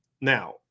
Now